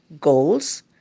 goals